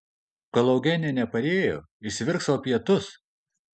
kol eugenija neparėjo išsivirk sau pietus